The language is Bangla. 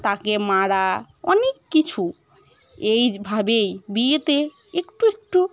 তাকে মারা অনেক কিছু এইভাবেই বিয়েতে একটু একটু